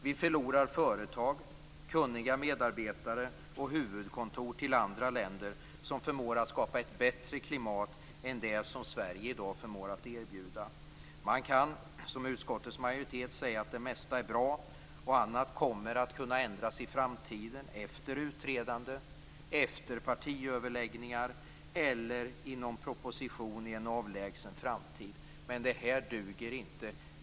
Vi förlorar företag, kunniga medarbetare och huvudkontor till andra länder som förmår att skapa ett bättre klimat än det som Sverige i dag förmår att erbjuda. Man kan, som utskottets majoritet, säga att det mesta är bra och att annat kommer att kunna ändras i framtiden - efter utredande, efter partiöverläggningar eller i någon proposition i en avlägsen framtid. Men det duger inte.